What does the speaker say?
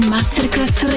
Masterclass